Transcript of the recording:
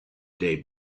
day